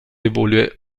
évoluer